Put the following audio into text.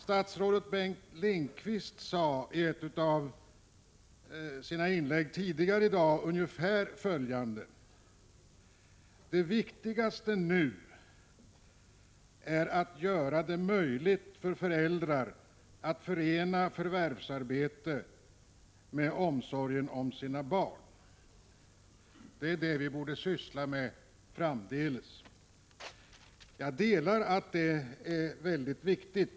Statrådet Lindqvist sade i ett av sina inlägg tidigare i dag ungefär: Det viktigaste nu är att göra det möjligt för föräldrarna att förena förvärvsarbete med omsorg om sina barn — det är detta vi borde syssla med framdeles. Jag delar uppfattningen att det är mycket viktigt.